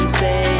say